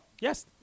yes